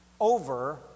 over